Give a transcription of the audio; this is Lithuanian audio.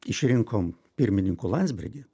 išrinkom pirmininku landsbergį